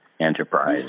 Enterprise